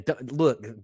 look